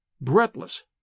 breathless